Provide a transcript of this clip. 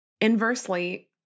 Inversely